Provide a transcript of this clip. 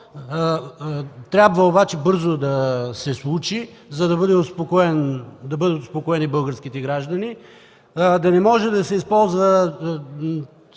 Трябва обаче бързо да се случи, за да бъдат успокоени българските граждани. Да не може да се използва